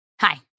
Hi